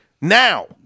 now